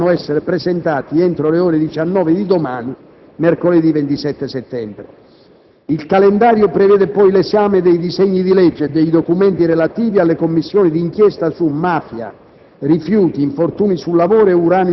I relativi ordini del giorno dovranno essere presentati entro le ore 19 di domani, mercoledì 27 settembre. Il calendario prevede poi l'esame dei disegni di legge e dei documenti relativi alle Commissioni d'inchiesta su mafia,